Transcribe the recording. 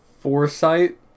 foresight